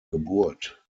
geburt